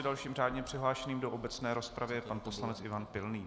Dalším řádně přihlášeným do obecné rozpravy je pan poslanec Ivan Pilný.